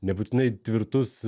nebūtinai tvirtus